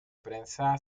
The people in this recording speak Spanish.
prensa